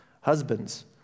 Husbands